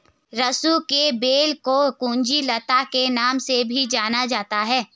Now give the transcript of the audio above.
सरू की बेल को कुंज लता के नाम से भी जाना जाता है